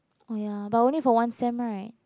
oh ya but only for one sem right